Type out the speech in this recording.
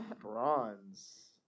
Bronze